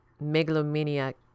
megalomaniac